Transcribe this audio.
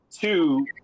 two